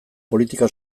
politika